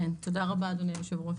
תודה רבה אדוני היושב ראש.